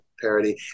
parody